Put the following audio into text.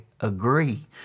agree